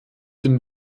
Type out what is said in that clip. den